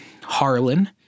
Harlan